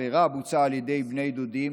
בוצעה על ידי בני דודים,